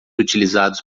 utilizados